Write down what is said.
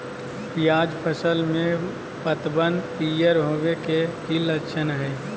प्याज फसल में पतबन पियर होवे के की लक्षण हय?